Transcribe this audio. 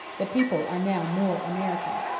the people are now more american.